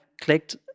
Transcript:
clicked